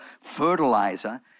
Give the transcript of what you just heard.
fertilizer